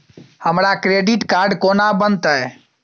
हमरा credit card कोना बनतै?